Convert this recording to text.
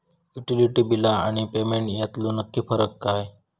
Utility बिला आणि payment यातलो नक्की फरक काय हा?